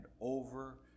over